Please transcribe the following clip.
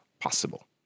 possible